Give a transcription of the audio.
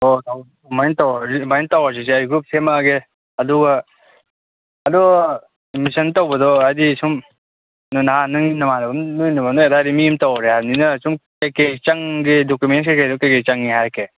ꯑꯗꯨꯃꯥꯏꯅ ꯇꯧꯔꯁꯤꯁꯦ ꯑꯩ ꯒ꯭ꯔꯨꯞ ꯁꯦꯝꯃꯛꯑꯒꯦ ꯑꯗꯨꯒ ꯑꯗꯣ ꯑꯦꯗꯃꯤꯁꯟ ꯇꯧꯕꯗꯣ ꯍꯥꯏꯗꯤ ꯁꯨꯝ ꯅꯍꯥꯟ ꯅꯣꯏ ꯅꯃꯥꯟꯅꯕ ꯑꯃ ꯅꯣꯏ ꯑꯗꯥꯏꯗꯒꯤ ꯃꯤ ꯑꯃ ꯇꯧꯔꯦ ꯍꯥꯏꯕꯅꯤꯅ ꯁꯨꯝ ꯀꯔꯤ ꯀꯔꯤ ꯆꯪꯒꯦ ꯗꯨꯀꯨꯃꯦꯟ ꯀꯩꯀꯩꯗꯣ ꯀꯔꯤ ꯀꯔꯤ ꯆꯪꯉꯤ ꯍꯥꯏꯔꯛꯀꯦ